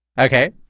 Okay